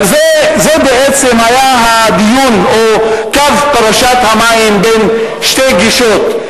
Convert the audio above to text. זה בעצם היה הדיון או קו פרשת המים בין שתי גישות.